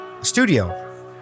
studio